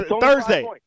Thursday